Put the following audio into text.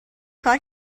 کار